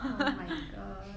oh my god